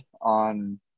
on